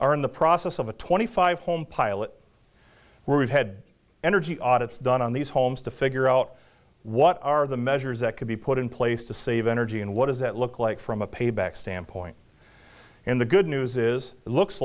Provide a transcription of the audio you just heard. are in the process of a twenty five home pilot we're we've had energy audits done on these homes to figure out what are the measures that could be put in place to save energy and what does that look like from a payback standpoint in the good news is it looks